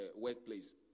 workplace